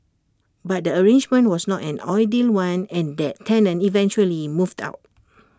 but the arrangement was not an ideal one and that tenant eventually moved out